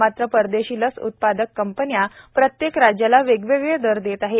मात्र परदेशी लस उत्पादक कंपन्या प्रत्येक राज्याला वेगवेगळे दर देत आहेत